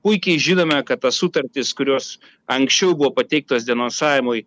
puikiai žinome kad tas sutartis kurios anksčiau buvo pateiktos denonsavimui